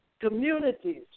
communities